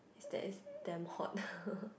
is that it's damn hot